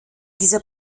dieser